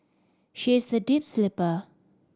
she is a deep sleeper